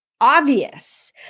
Obvious